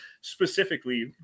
specifically